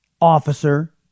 officer